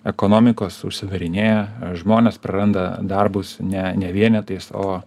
ekonomikos užsidarinėja žmonės praranda darbus ne ne vienetais o